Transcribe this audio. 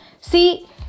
See